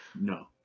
No